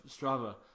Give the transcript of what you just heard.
Strava